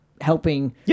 helping